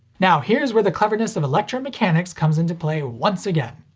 now, here's where the cleverness of electromechanics comes into play once again.